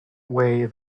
way